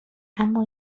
اما